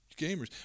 gamers